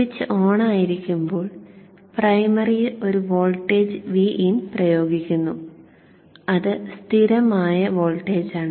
switch ഓണായിരിക്കുമ്പോൾ പ്രൈമറിയിൽ ഒരു വോൾട്ടേജ് Vin പ്രയോഗിക്കുന്നു അത് സ്ഥിരമായ വോൾട്ടേജാണ്